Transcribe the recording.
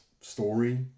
story